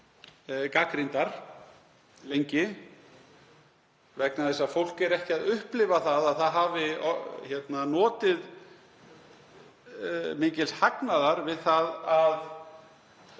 gagnrýndar lengi vegna þess að fólk er ekki að upplifa að það hafi notið mikils hagnaðar við það að